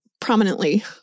prominently